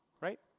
right